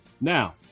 Now